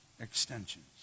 extensions